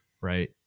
right